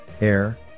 air